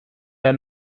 der